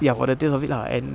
ya for the taste of it lah and